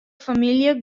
famylje